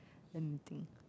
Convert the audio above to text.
let me think